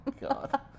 God